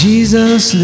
Jesus